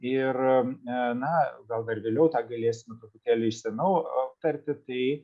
ir na gal dar vėliau tą galėsime truputėlį išsamiau aptarti tai